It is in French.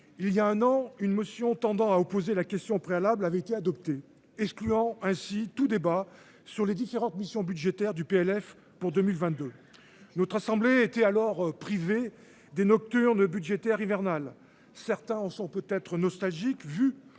Il y a un an une motion tendant à opposer la question préalable avait été adopté, excluant ainsi tout débat sur les différentes missions budgétaires du PLF pour 2022. Notre assemblée était alors privé des nocturnes budgétaire hivernale. Certains en sont peut être nostalgique, vu